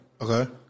Okay